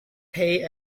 pay